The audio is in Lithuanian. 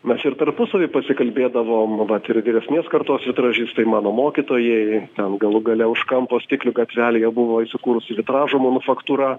mes ir tarpusavy pasikalbėdavomvat ir vyresnės kartos vitražistai mano mokytojai ten galų gale už kampo stiklių gatvelėje buvo įsikūrusi vitražo manufaktūra